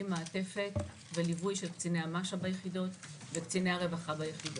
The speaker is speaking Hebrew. מעטפת וליווי של קציני מש"א ביחידות וקציני הרווחה ביחידות.